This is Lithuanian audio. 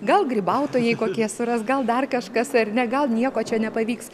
gal grybautojai kokie suras gal dar kažkas ar ne gal nieko čia nepavyks